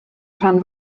rhan